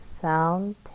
sound